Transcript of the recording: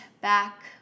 back